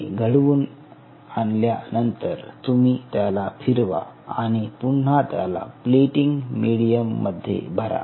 हे घडवून आल्यानंतर तुम्ही त्याला फिरवा आणि पुन्हा त्याला प्लेटिंग मीडियम मध्ये भरा